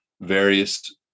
various